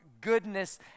goodness